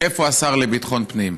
איפה השר לביטחון פנים?